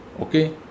okay